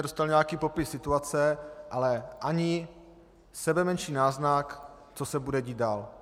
Dostali jsme nějaký popis situace, ale ani sebemenší náznak, co se bude dít dál.